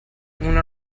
una